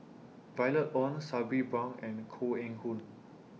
Violet Oon Sabri Buang and Koh Eng Hoon